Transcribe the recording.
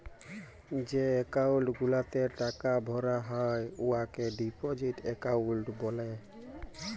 যে একাউল্ট গুলাতে টাকা ভরা হ্যয় উয়াকে ডিপজিট একাউল্ট ব্যলে